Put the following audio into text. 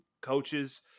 coaches